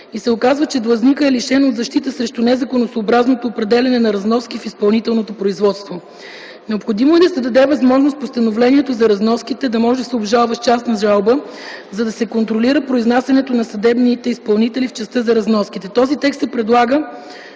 и се оказва, че длъжникът е лишен от защита срещу незаконосъобразното определяне на разноски в изпълнителното производство. Необходимо е да се даде възможност постановлението за разноските да може да се обжалва с частна жалба, за да се контролира произнасянето на съдебните изпълнители в частта за разноските. Този текст се предлага,